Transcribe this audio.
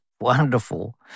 wonderful